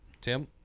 Tim